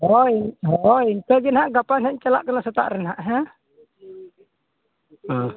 ᱦᱳᱭ ᱦᱳᱭ ᱤᱱᱠᱟᱹ ᱜᱮ ᱱᱟᱦᱟᱜ ᱜᱟᱯᱟ ᱱᱟᱦᱟᱜ ᱤᱧ ᱪᱟᱞᱟᱜ ᱠᱟᱱᱟ ᱥᱮᱛᱟᱜ ᱨᱮ ᱱᱟᱦᱟᱜ ᱦᱮᱸ